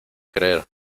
creer